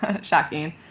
shocking